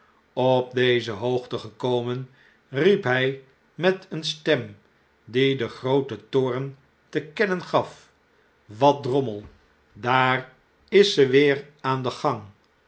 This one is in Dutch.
op deze hoogte gekomen riep hij met eene stem die den grootsten toorn te kemien gaf wat drommel daar is ze weer aan den gang